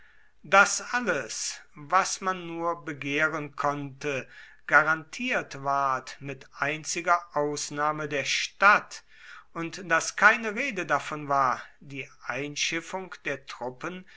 daß alles was man nur begehren konnte garantiert ward mit einziger ausnahme der stadt und daß keine rede davon war die einschiffung der truppen